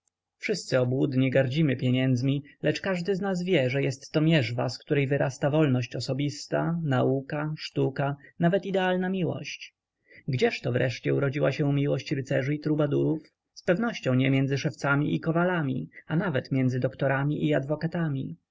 wszyscy obłudnie gardzimy pieniędzmi lecz każdy z nas wie że jest to mierzwa z której wyrasta wolność osobista nauka sztuka nawet idealna miłość gdzieżto wreszcie urodziła się miłość rycerzy i trubadurów zpewnością nie między szewcami i kowalami a nawet między doktorami i adwokatami